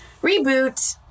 reboot